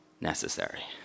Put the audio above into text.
necessary